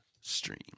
stream